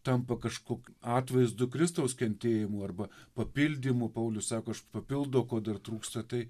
tampa kažkuo atvaizdu kristaus kentėjimų arba papildymų paulius sako papildo ko dar trūksta tai